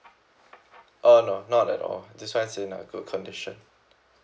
uh no not at all this [one] is in a good condition